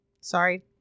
Sorry